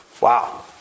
wow